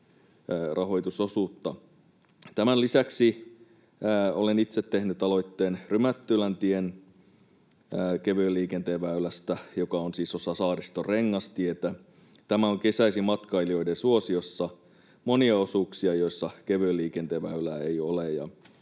Tämän lisäksi olen itse tehnyt aloitteen Rymättyläntien kevyen liikenteen väylästä, joka on siis osa Saariston rengastietä. Tämä on kesäisin matkailijoiden suosiossa, monia osuuksia, joissa kevyen liikenteen väylää ei ole